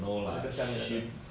那个下面那个